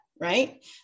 right